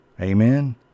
Amen